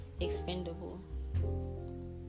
expendable